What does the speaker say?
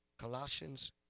Colossians